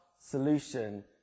solution